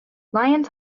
lions